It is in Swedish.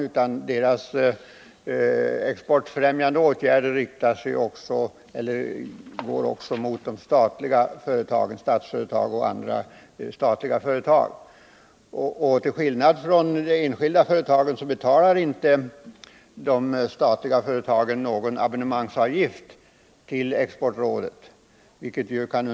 Rådets exportfrämjande åtgärder skall alltså också omfatta sådana statliga företag som Statsföretag och andra. Till skillnad från vad som gäller för företagen skall myndigheterna inte betala någon abonnemangsavgift till Exportrådet.